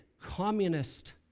communist